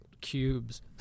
cubes